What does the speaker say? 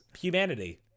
humanity